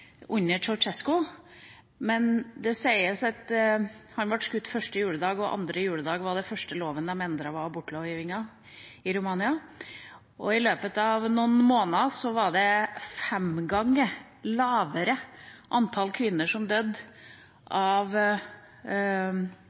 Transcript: Det sies – han ble skutt første juledag – at den første loven de endret andre juledag, var abortlovgivningen i landet. I løpet av noen måneder var det fem ganger lavere mødredødelighet, i sum. Det hadde en enorm virkning på antallet kvinner som